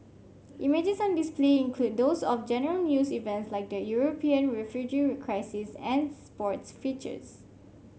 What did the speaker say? images on display include those of general news events like the European refugee crisis and sports features